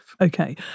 Okay